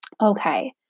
Okay